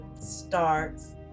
starts